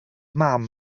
mam